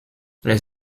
les